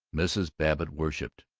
mrs. babbitt worshiped,